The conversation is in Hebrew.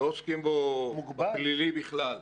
לא עוסקים בו פלילי בכלל.